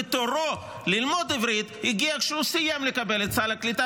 ותורו ללמוד עברית הגיע כשהוא סיים לקבל את סל הקליטה